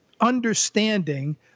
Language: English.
understanding